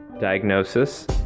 diagnosis